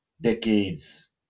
decades